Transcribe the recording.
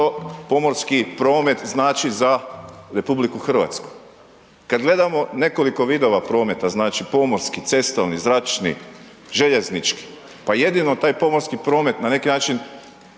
pomorski promet znači za RH? Kad gledamo nekoliko vidova prometa, znači, pomorski, cestovni, zračni, željeznički, pa jedino taj pomorski promet na neki način